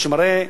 מה שמראה,